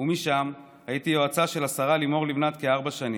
ומשם הייתי יועצה של השרה לימור לבנת כארבע שנים,